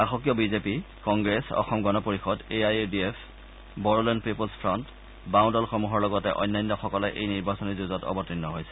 শাসকীয় BJP Congress Asom Gana Parishad A I U D F Bodoland people's front বাও দলসমূহৰ লগতে অন্যান্য সকলে এই নিৰ্বাচনী যুঁজত অৱতীৰ্ণ হৈছে